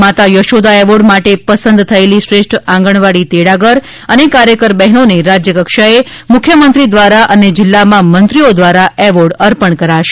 માતા યશોદા એવોર્ડ માટે પસંદ થયેલી શ્રેષ્ઠ આંગણવાડી તેડાગર અને કાર્યકર બહેનોને રાજ્યકક્ષાએ મુખ્યમંત્રી દ્વારા અને જિલ્લામાં મંત્રીઓ દ્વારા એવોર્ડ અર્પણ કરાશે